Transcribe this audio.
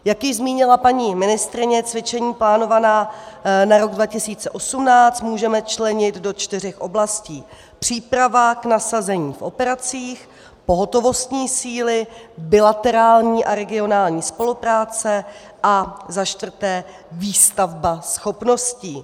Jak již zmínila paní ministryně, cvičení plánovaná na rok 2018 můžeme členit do čtyř oblastí: příprava k nasazení v operacích, pohotovostní síly, bilaterální a regionální spolupráce a za čtvrté výstavba schopností.